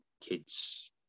kids